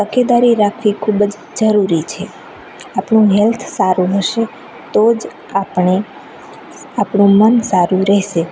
તકેદારી રાખવી ખૂબ જ જરૂરી છે આપણું હેલ્થ સારું હશે તો જ આપણે આપણું મન સારું રહેશે